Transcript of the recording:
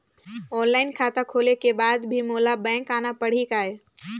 Online खाता खोले के बाद भी मोला बैंक आना पड़ही काय?